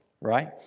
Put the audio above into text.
Right